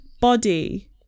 body